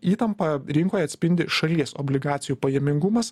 įtampą rinkoje atspindi šalies obligacijų pajamingumas